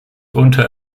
unter